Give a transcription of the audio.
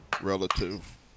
relative